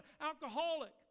alcoholic